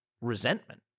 resentment